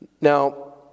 Now